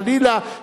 חלילה,